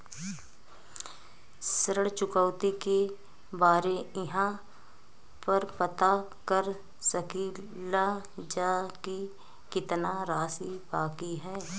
ऋण चुकौती के बारे इहाँ पर पता कर सकीला जा कि कितना राशि बाकी हैं?